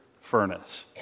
furnace